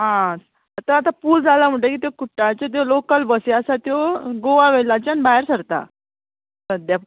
आतां आतां पूल जाला म्हणटगीर त्यो कुट्टाळच्यो ज्यो लोकल बसी आसा त्यो गोवा वेल्लाच्यान भायर सरता सद्द्यां